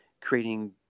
creating –